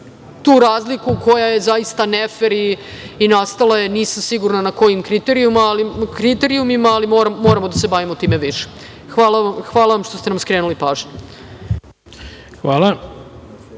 tu razliku, koja je zaista nefer i nastala je, nisam sigurna, na kojim kriterijumima, ali moramo da se bavimo time više. Hvala vam što ste nam skrenuli pažnju. **Ivica